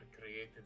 created